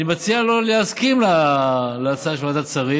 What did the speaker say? אני מציע לו להסכים להצעה של ועדת שרים,